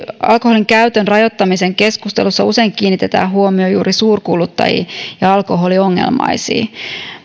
alkoholinkäytön rajoittamisen keskustelussa usein kiinnitetään huomio juuri suurkuluttajiin ja alkoholiongelmaisiin